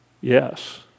Yes